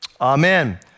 amen